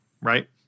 right